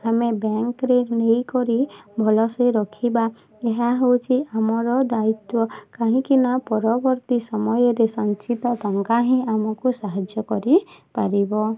ଆମେ ବ୍ୟାଙ୍କରେ ନେଇକରି ଭଲସେ ରଖିବାକୁ ଏହା ହେଉଛି ଆମର ଦାୟିତ୍ୱ କାହିଁକିନା ପରବର୍ତ୍ତୀ ସମୟରେ ସଞ୍ଚିତ ଟଙ୍କା ହିଁ ଆମକୁ ସାହାଯ୍ୟ କରିପାରିବା